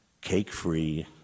Cake-free